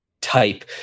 type